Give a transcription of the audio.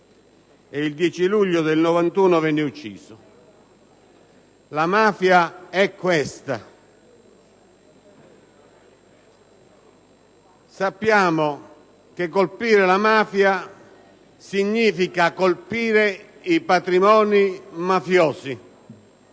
e il 10 luglio 1991 venne uccisa. La mafia è questa! Sappiamo che colpire la mafia significa colpire i patrimoni mafiosi.